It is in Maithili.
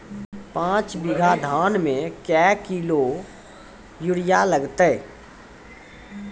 पाँच बीघा धान मे क्या किलो यूरिया लागते?